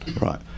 Right